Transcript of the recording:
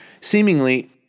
Seemingly